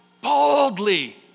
boldly